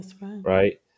right